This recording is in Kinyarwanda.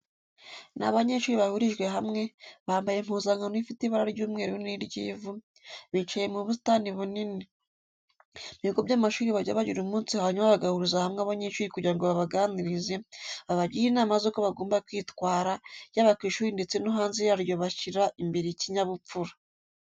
Ni abanyeshuri bahurijwe hamwe, bambaye impuzankano ifite ibara ry'umweru n'iry'ivu, bicaye mu busitani bunini. Mu bigo by'amashuri bajya bagira umunsi hanyuma bagahuriza hamwe abanyeshuri kugira ngo babaganirize, babagire inama z'uko bagomba kwitwara yaba ku ishuri ndetse no hanze yaryo bashyira imbere ikinyabupfura.